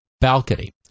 balcony